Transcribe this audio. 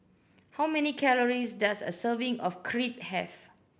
how many calories does a serving of Crepe have